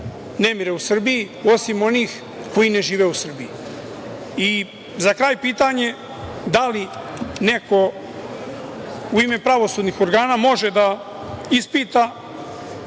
nemire u Srbiji, osim onih koji ne žive u Srbiji.Za kraj pitanje da li neko u ime pravosudnih organa može da ispita